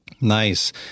Nice